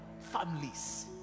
families